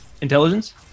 Intelligence